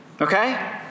Okay